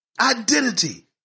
identity